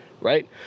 Right